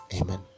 amen